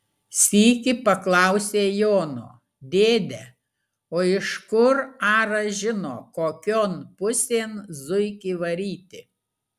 sykį paklausė jono dėde o iš kur aras žino kokion pusėn zuikį varyti